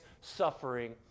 suffering